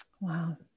Wow